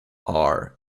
are